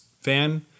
fan